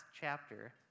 chapter